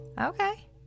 okay